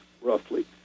roughly